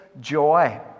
joy